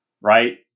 right